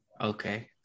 Okay